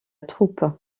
troupe